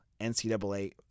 NCAA